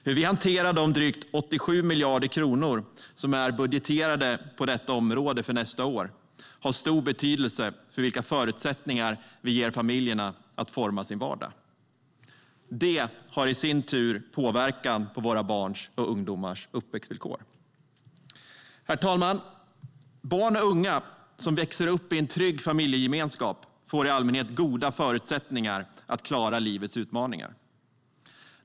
Hur vi hanterar de drygt 87 miljarder kronor som är budgeterade på detta område för nästa år har stor betydelse för vilka förutsättningar vi ger familjerna att forma sin vardag. Det har i sin tur påverkan på våra barns och ungdomars uppväxtvillkor. Herr talman! Barn och unga som växer upp i en trygg familjegemenskap får i allmänhet goda förutsättningar för att klara livets utmaningar.